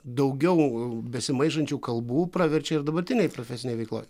daugiau besimaišančių kalbų praverčia ir dabartinėj profesinėj veikloj